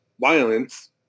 violence